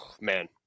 Man